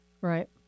Right